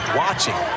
watching